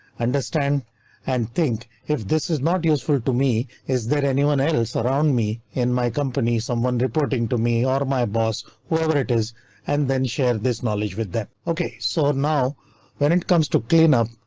understand and think if this is not useful to me. is there anyone else around me in my company, someone reporting to me or my boss, whoever it is and then share this knowledge with them? ok, so now when it comes to clean up,